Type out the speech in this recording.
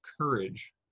courage